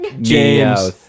James